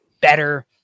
better